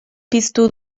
piztu